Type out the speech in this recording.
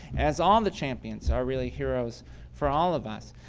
as all the champions are really heroes for all of us.